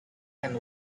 and